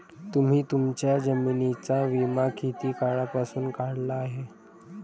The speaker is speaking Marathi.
तुम्ही तुमच्या जमिनींचा विमा किती काळापासून काढला आहे?